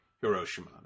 Hiroshima